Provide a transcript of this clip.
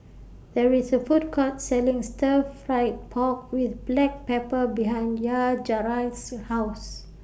There IS A Food Court Selling Stir Fry Pork with Black Pepper behind Yajaira's House